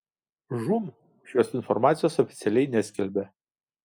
žūm šios informacijos oficialiai neskelbia